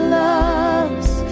loves